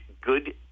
good